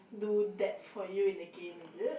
do that for you in the game is it